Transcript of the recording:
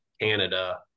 canada